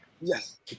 Yes